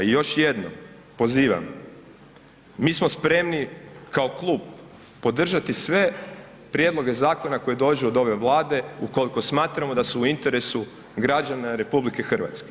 I još jedno pozivam, mi smo spremni kao klub podržati sve prijedloge zakona koji dođu od ove vlade ukoliko smatramo da su u interesu građana RH.